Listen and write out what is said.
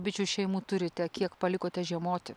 bičių šeimų turite kiek palikote žiemoti